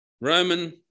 Roman